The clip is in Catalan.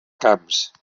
camps